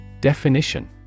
Definition